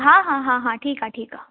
हा हा हा हा ठीकु आहे ठीकु आहे